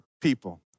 people